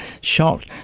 shocked